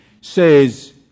says